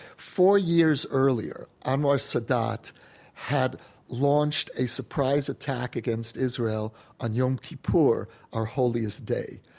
four years earlier anwar sadat had launched a surprise attack against israel on yom kippur, our holiest day.